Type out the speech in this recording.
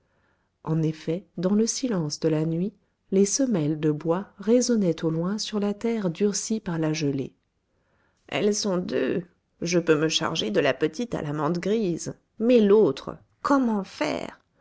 en effet dans le silence de la nuit les semelles de bois résonnaient au loin sur la terre durcie par la gelée elles sont deux je peux me charger de la petite à la mante grise mais l'autre comment faire